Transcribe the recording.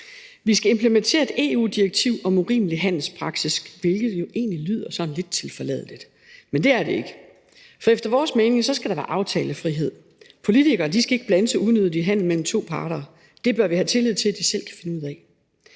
Vi skal implementere et EU-direktiv om urimelig handelspraksis, hvilket jo egentlig lyder sådan lidt tilforladeligt, men det er det ikke. For efter vores mening skal der være aftalefrihed. Politikere skal ikke blande sig unødigt i handelen mellem to parter. Det bør vi have tillid til de selv kan finde ud af.